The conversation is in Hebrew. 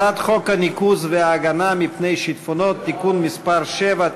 הצעת חוק הניקוז וההגנה מפני שיטפונות (תיקון מס' 7),